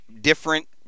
different